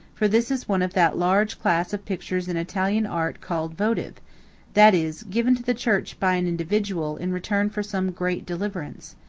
for this is one of that large class of pictures in italian art called votive that is, given to the church by an individual in return for some great deliverance.